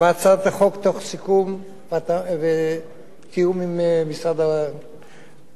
בהצעת החוק תוך סיכום ותיאום עם משרד הבריאות.